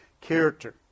character